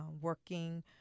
working